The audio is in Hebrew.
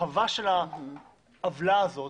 הרחבה של העוולה הזאת,